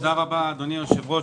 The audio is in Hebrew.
תודה רבה, אדוני היושב-ראש.